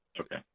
okay